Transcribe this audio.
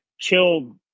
killed